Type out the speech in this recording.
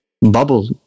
bubble